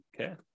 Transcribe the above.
Okay